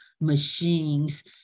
machines